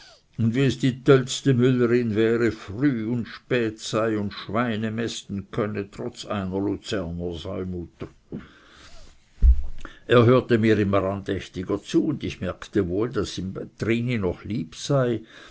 und wie es die töllsti müllere würde früh und spät sei und schweine mästen könne trotz einer luzerner säumutter er hörte mir immer andächtiger zu und ich merkte wohl daß ihm trini noch lieb sei